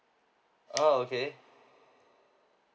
oh okay